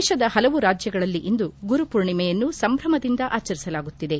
ದೇಶದ ಹಲವು ರಾಜ್ಯಗಳಲ್ಲಿ ಇಂದು ಗುರುಪೂರ್ಣಿಮೆಯನ್ನು ಸಂಭ್ರಮದಿಂದ ಆಚರಿಸಲಾಗುತ್ತಿದೆ